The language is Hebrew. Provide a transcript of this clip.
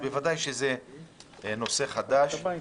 אז בוודאי שזה נושא חדש.